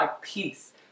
peace